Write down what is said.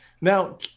Now